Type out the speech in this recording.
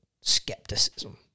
skepticism